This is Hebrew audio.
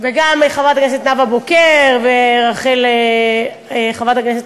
וגם אל חברת הכנסת נאוה בוקר וחברת הכנסת